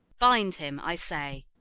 bind him, i say.